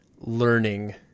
learning